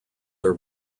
are